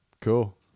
Cool